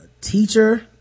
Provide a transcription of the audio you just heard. teacher